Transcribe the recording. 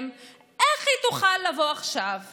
אני וחבריי בוועדת